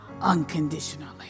unconditionally